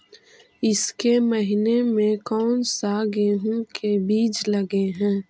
ईसके महीने मे कोन सा गेहूं के बीज लगे है?